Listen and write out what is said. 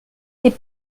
n’est